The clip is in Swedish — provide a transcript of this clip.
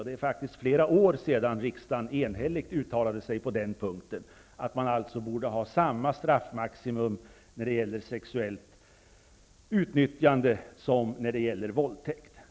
Det är flera år sedan riksdagen enhälligt uttalade sig för att man borde ha samma straffmaximum för sexuellt utnyttjande som för våldtäkt.